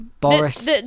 Boris